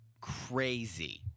Crazy